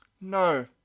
No